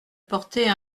porter